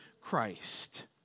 Christ